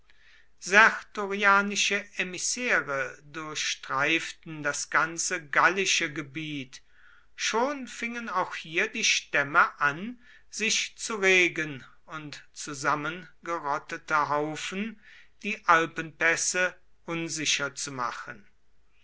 sertorianische emissäre durchstreiften das ganze gallische gebiet schon fingen auch hier die stämme an sich zu regen und zusammengerottete haufen die alpenpässe unsicher zu machen